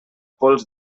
pols